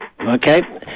Okay